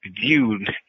viewed